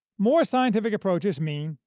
more scientific approaches mean,